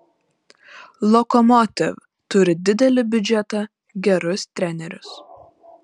lokomotiv turi didelį biudžetą gerus trenerius